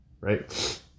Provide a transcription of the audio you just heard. right